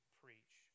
preach